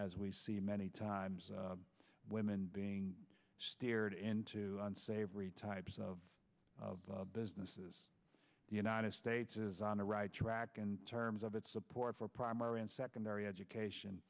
as we see many times women being steered into unsavory types of of businesses the united states is on the right track in terms of its support for primary and secondary education